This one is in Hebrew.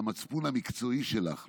למצפון המקצועי שלך,